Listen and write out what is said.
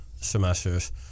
semesters